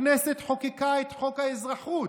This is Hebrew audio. הכנסת חוקקה את חוק האזרחות,